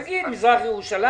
תגיד עיר.